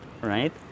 right